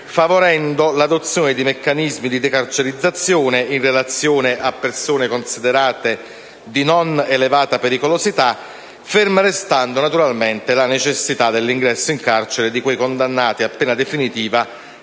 favorendo l'adozione di meccanismi di decarcerizzazione in relazione a persone considerate di non elevata pericolosità, ferma restando, naturalmente, la necessità dell'ingresso in carcere di quei condannati a pena definitiva